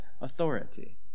authority